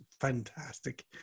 fantastic